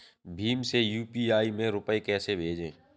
भीम से यू.पी.आई में रूपए कैसे भेजें?